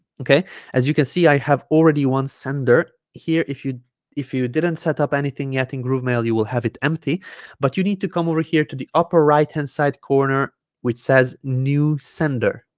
okay as you can see i have already one sender here if you if you didn't set up anything yet in groovemail you will have it empty but you need to come over here to the upper right hand side corner which says new sender